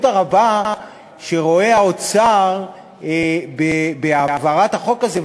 הרבה שהאוצר רואה בהעברת החוק הזה,